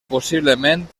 possiblement